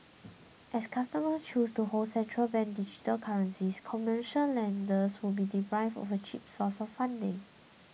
as customers choose to hold central bank digital currencies commercial lenders would be deprived of a cheap source of funding